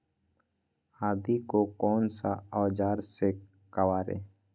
आदि को कौन सा औजार से काबरे?